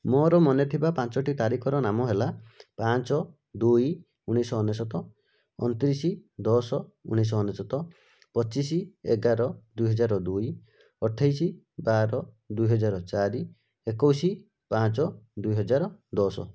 ମୋର ମନେଥିବା ପାଞ୍ଚୋଟି ତାରିଖର ନାମ ହେଲା ପାଞ୍ଚ ଦୁଇ ଉଣେଇଶହ ଅନେଶ୍ୱତ ଅଣତିରିଶ ଦଶ ଉଣେଇଶହ ଅନେଶ୍ୱତ ପଚିଶ ଏଗାର ଦୁଇହଜାର ଦୁଇ ଅଠେଇଶ ବାର ଦୁଇହଜାର ଚାରି ଏକୋଇଶ ପାଞ୍ଚ ଦୁଇହଜାର ଦଶ